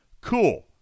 cool